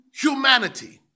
humanity